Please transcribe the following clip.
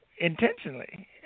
intentionally